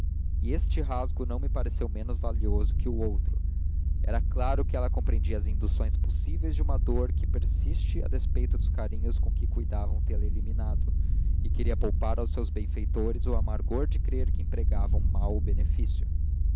e este rasgo não me pareceu menos valioso que o outro era claro que ela compreendia as induções possíveis de uma dor que persiste a despeito dos carinhos com que cuidavam tê-la eliminado e queria poupar aos seus benfeitores o amargor de crer que empregavam mal o beneficio